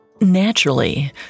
Naturally